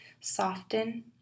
soften